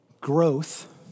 Growth